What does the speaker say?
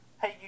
Hey